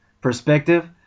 perspective